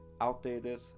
outdated